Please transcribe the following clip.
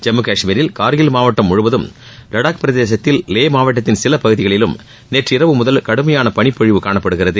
ஜம்மு கஷ்மீரில் கார்கில் மாவட்டம் முழுவதும் வடாக் பிரதேசத்தில் லே மாவட்டத்தில் சில பகுதிகளிலும் நேற்றிரவு முதல் கடுமையான பனிப்பொழிவு காணப்படுகிறது